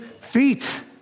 feet